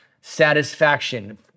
Satisfaction